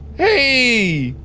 hey!